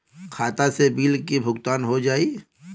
खाता से बिल के भुगतान हो जाई?